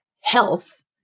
Health